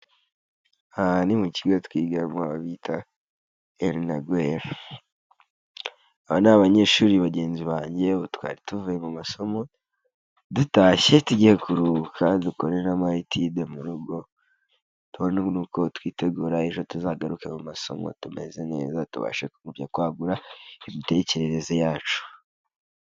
Aha ni mu kigo twigamo aho bita erinagweri. Aba ni abanyeshuri bagenzi banjye twari tuvuye mu masomo, dutashye tugiye kuruhuka, dukoreramo etide mu rugo, tubone nuko twitegura ejo tuzagaruke mu masomo tumeze neza tubashe kujya kwagura, imitekerereze yacu.